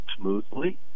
smoothly